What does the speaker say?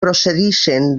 procedixen